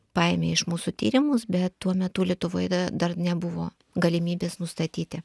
paėmė iš mūsų tyrimus bet tuo metu lietuvoj dar nebuvo galimybės nustatyti